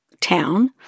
town